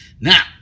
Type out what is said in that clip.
Now